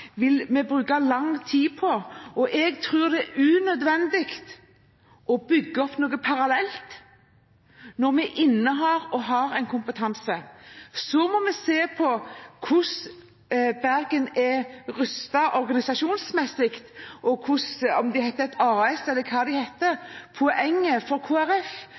vil vi bruke lang tid på, og jeg tror det er unødvendig å bygge opp noe parallelt når vi innehar en kompetanse. Så må vi se på hvordan Bergen er rustet organisasjonsmessig – om de nå heter et AS eller hva de heter. Poenget for